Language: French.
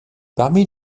parmi